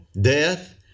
death